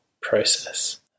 process